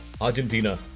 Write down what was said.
Argentina